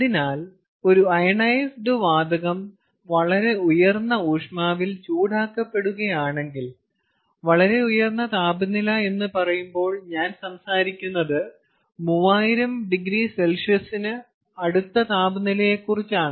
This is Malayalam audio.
അതിനാൽ ഒരു അയോണൈസ്ഡ് വാതകം വളരെ ഉയർന്ന ഊഷ്മാവിൽ ചൂടാക്കപ്പെടുകയാണെങ്കിൽ വളരെ ഉയർന്ന താപനില എന്ന് പറയുമ്പോൾ ഞാൻ സംസാരിക്കുന്നത് 3000oC ന് അടുത്ത താപനിലയെക്കുറിച്ചാണ്